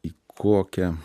į kokią